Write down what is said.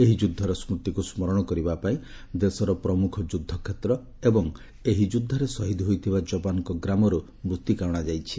ଏହି ଯୁଦ୍ଧର ସ୍ବତିକୁ ସ୍କରଣ କରିବାପାଇଁ ଦେଶର ପ୍ରମୁଖ ଯୁଦ୍ଧକ୍ଷେତ୍ର ଏବଂ ଏହି ଯୁଦ୍ଧରେ ଶହୀଦ୍ ହୋଇଥିବା ଯବାନ୍ଙ୍କ ଗ୍ରାମରୁ ମୃତ୍ତିକା ଅଣାଯାଇଛି